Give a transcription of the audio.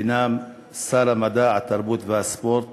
וביניהם שר המדע, התרבות והספורט